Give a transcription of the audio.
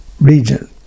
region